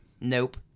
Nope